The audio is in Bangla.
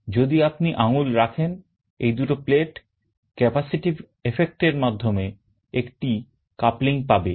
যদি আপনি আঙ্গুল রাখেন এই দুটো plate capacitive effect এর মাধ্যমে একটা coupling পাবে